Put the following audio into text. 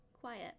Quiet